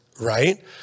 right